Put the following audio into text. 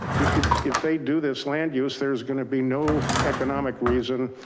if if they do this land use, there's going to be no economic reason.